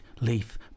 leaf